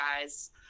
guys